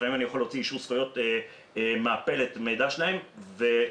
לפעמים אני יכול להוציא אישור זכויות מהפלט מידע שלהם ואני